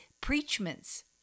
preachments